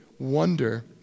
Wonder